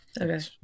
Okay